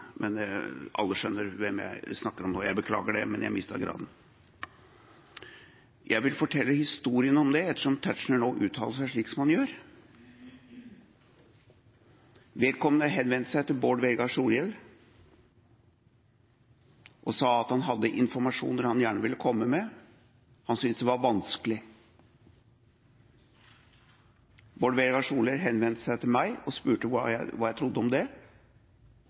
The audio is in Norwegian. men alle skjønner hvem jeg snakker om – jeg beklager det, men jeg mistet graden. Jeg vil fortelle historien om det, ettersom Tetzschner nå uttaler seg slik som han gjør. Vedkommende henvendte seg til Bård Vegar Solhjell og sa at han hadde informasjon han gjerne ville komme med. Han syntes det var vanskelig. Bård Vegar Solhjell henvendte seg til meg og spurte hva jeg trodde om det.